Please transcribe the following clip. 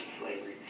slavery